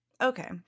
Okay